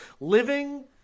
living